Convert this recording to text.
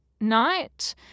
night